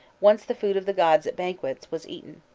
once the food of the gods at banquets, was eaten.